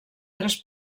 tres